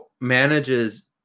manages